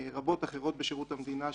רבות אחרות בשירות המדינה,